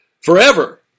forever